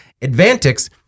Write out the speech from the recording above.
Advantix